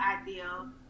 idea